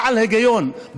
בעל ההיגיון,